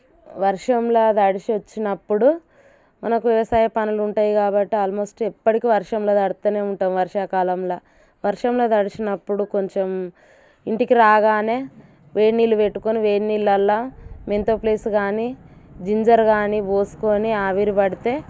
వర్షంలో తడిసొచ్చినప్పుడు మనకు వ్యవసాయం పనులు ఉంటాయి కాబట్టి అల్మోస్ట్ ఎప్పటికీ వర్షంలో తడుస్తూనే ఉంటాము వర్షాకాలంలా వర్షంలో తడిచినప్పుడు కొంచెం ఇంటికి రాగానే వేడి నీళ్ళు పెట్టుకోని వేడి నీళ్ళల్లో మెంతో ప్లెస్ కానీ జింజర్ కానీ పోసుకోని ఆవిరి పడితే